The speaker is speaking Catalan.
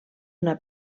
una